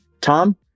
tom